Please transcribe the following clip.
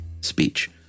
speech